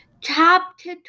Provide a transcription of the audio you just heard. Chapter